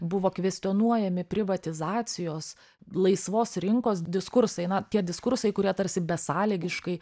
buvo kvestionuojami privatizacijos laisvos rinkos diskursai na tie diskursai kurie tarsi besąlygiškai